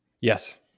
Yes